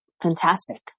fantastic